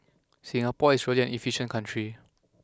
Singapore is really an efficient country